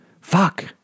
fuck